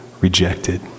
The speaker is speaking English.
rejected